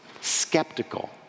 skeptical